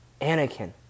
Anakin